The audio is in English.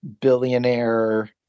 billionaire